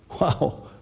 Wow